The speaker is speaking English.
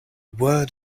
word